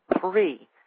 three